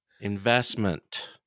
Investment